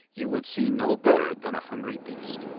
you would see no better than a hungry beast.